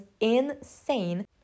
insane